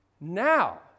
Now